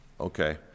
okay